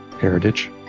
heritage